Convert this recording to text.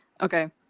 okay